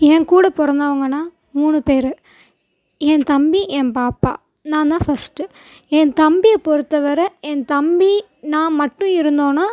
என் கூட பிறந்தவங்கனா மூணு பேர் என் தம்பி என் பாப்பா நான் தான் ஃபஸ்ட்டு என் தம்பியை பொறுத்தவரை என் தம்பி நான் மட்டும் இருந்தோனால்